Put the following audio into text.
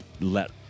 let